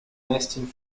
nesting